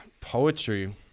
poetry